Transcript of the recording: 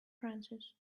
francis